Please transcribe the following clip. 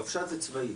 רבש"ץ זה צבאי.